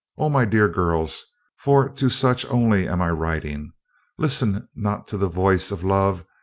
oh my dear girls for to such only am i writing listen not to the voice of love,